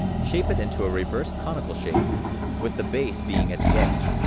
shape it into a reversed conical shape with the base being at the edge,